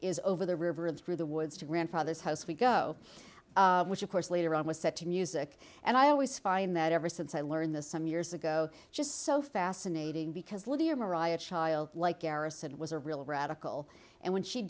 is over the river and through the woods to grandfather's house we go which of course later on was set to music and i always find that ever since i learned this some years ago just so fascinating because lydia mariah a child like kara said it was a real radical and when she